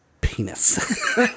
penis